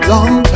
Long